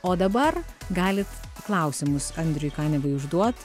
o dabar galit klausimus andriui kaniavai užduot